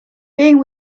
being